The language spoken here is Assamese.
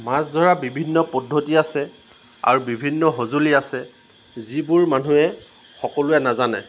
মাছ ধৰা বিভিন্ন পদ্ধতি আছে আৰু বিভিন্ন সঁজুলি আছে যিবোৰ মানুহে সকলোৱে নাজানে